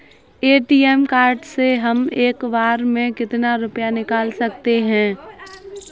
ATM card से हम एक बार में कितना रुपया निकाल सकते हैं?